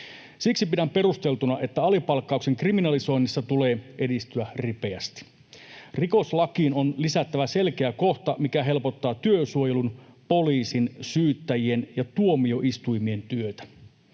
Siksi pidän perusteltuna, että alipalkkauksen kriminalisoinnissa tulee edistyä ripeästi. Rikoslakiin on lisättävä selkeä kohta, mikä helpottaa työsuojelun, poliisin, syyttäjien ja tuomioistuimien työtä.